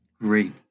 Great